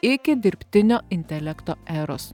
iki dirbtinio intelekto eros